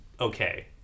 okay